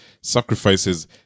sacrifices